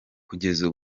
kugeza